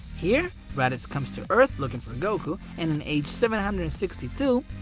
here raditz comes to earth looking for goku. and in age seven hundred and sixty two,